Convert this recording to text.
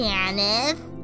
Janice